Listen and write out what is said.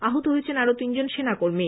আহত হয়েছেন আরো তিনজন সেনা কর্মী